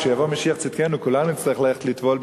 כשיבוא משיח צדקנו כולנו נצטרך ללכת לטבול,